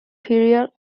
period